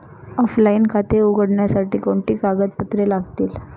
Offline खाते उघडण्यासाठी कोणती कागदपत्रे लागतील?